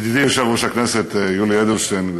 ידידי יושב-ראש הכנסת יולי אדלשטיין,